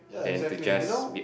ya exactly you know